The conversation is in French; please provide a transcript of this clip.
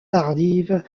tardive